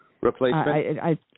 Replacement